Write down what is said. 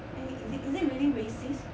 is it is it really racist